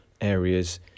areas